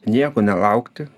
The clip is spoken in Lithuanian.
nieko nelaukti